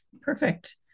Perfect